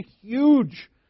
huge